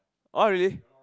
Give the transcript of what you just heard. oh really